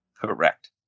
Correct